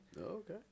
Okay